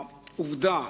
העובדה